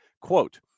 quote